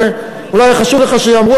ואולי חשוב לך שייאמרו,